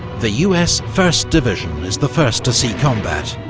the us first division is the first to see combat,